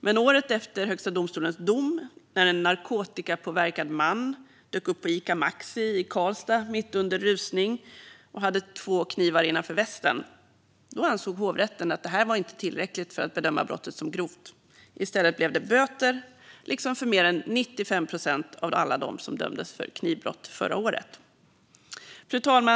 Men året efter Högsta domstolens dom, när en narkotikapåverkad man dök upp på Ica Maxi i Karlstad mitt under rusningstid och hade två knivar innanför västen, ansåg hovrätten att detta inte var tillräckligt för att bedöma brottet som grovt. I stället blev det böter, liksom för mer än 95 procent av alla dem som dömdes för knivbrott förra året. Fru talman!